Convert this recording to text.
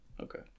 Okay